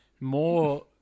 more